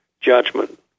judgment